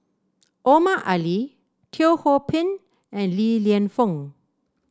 Omar Ali Teo Ho Pin and Li Lienfung